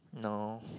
no